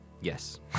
Yes